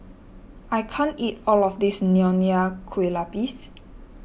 I can't eat all of this Nonya Kueh Lapis